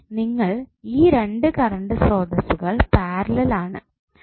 ഇനി നിങ്ങൾ ഈ രണ്ട് കറണ്ട് സ്രോതസ്സുകൾ പാരലൽ ആണ്